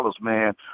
man